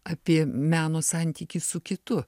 apie meno santykį su kitu